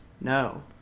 No